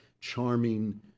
charming